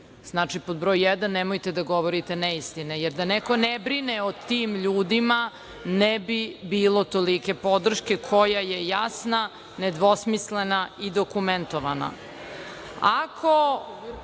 Znači, pod broj jedan nemojte da govorite neistine, jer da neko ne brine o tim ljudima ne bi bilo tolike podrške koja je jasna, nedvosmislena i dokumentovana. Ako